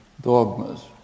dogmas